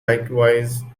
likewise